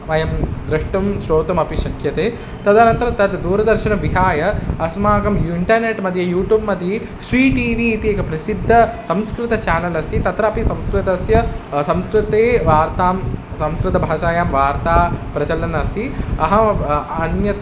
वयं द्रष्टुं श्रोतुम् अपि शक्यते तदनन्तरं तद् दूरदर्शनं विहाय अस्माकं इण्टर्नेट्मध्ये यूटूब्मध्ये स्वीटिवि इति एकं प्रसिद्धं संस्कृत चानल् अस्ति तत्रापि संस्कृतस्य संस्कृते वार्तां संस्कृतभाषायां वार्ता प्रचलन् अस्ति अहम् अन्यत्